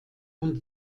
und